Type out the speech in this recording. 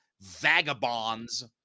vagabonds